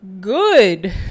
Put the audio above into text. good